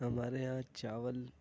ہمارے یہاں چاول